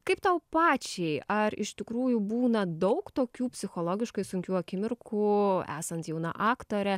kaip tau pačiai ar iš tikrųjų būna daug tokių psichologiškai sunkių akimirkų esant jauna aktore